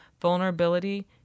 vulnerability